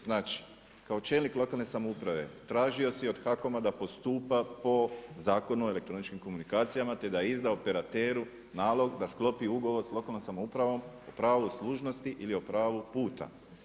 Znači kao čelnik lokalne samouprave, tražio si od HAKOM-a da postupa po Zakonu o elektroničkim komunikacijama te da izda operateru nalog da sklopi ugovor sa lokalnom samoupravom o pravu služnosti ili o pravu puta.